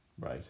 Right